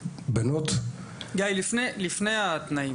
גיא, לפני התנאים